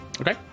Okay